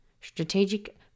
Strategic